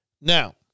Now